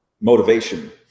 motivation